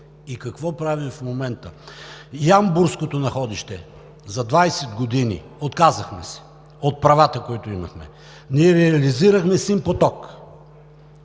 и какво правим в момента. Ямбурското находище – за 20 години, отказахме се от правата, които имахме. Не реализирахме Син поток.